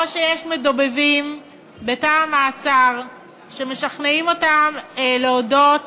או שיש מדובבים בתא המעצר שמשכנעים אותם להודות